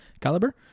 caliber